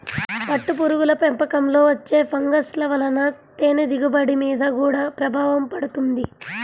పట్టుపురుగుల పెంపకంలో వచ్చే ఫంగస్ల వలన తేనె దిగుబడి మీద గూడా ప్రభావం పడుతుంది